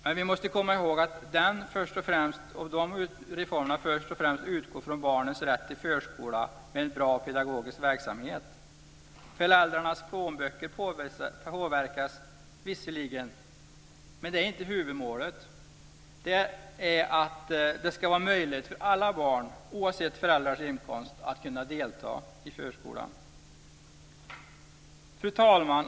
Men vi måste komma ihåg att de reformerna först och främst utgår från barnens rätt till förskola med en bra pedagogisk verksamhet. Föräldrarnas plånböcker påverkas visserligen, men det är inte huvudmålet. Det är att det ska vara möjligt för alla barn - oavsett föräldrarnas inkomster - att kunna delta i förskolan. Fru talman!